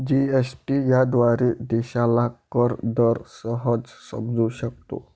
GST याद्वारे देशाला कर दर सहज समजू शकतो